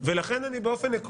אחת